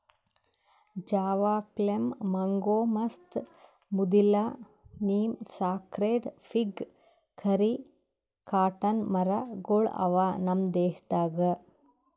Java plum, mango, ಮಸ್ತ್, ಮುದಿಲ್ಲ, neem, sacred fig, ಕರಿ, ಕಾಟನ್ ಮರ ಗೊಳ್ ಅವಾ ನಮ್ ದೇಶದಾಗ್